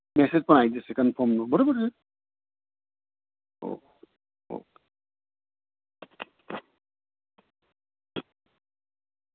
message પણ આવી જશે કન્ફર્મનો બરાબર છે ઓકે ઓકે